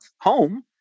home